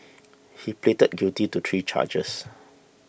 he pleaded guilty to three charges